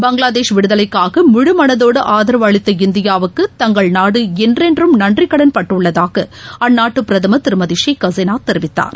பங்களாதேஷ் விடுதலைக்காகமுழுமனதோடுஆதரவு அளித்த இந்தியாவுக்குதங்கள் நாடுஎன்றென்றும் நன்றிக்கடன் பட்டுள்ளதாகஅந்நாட்டுபிரதமர் திருமதிஷேக் ஹசீனாதெரிவித்தார்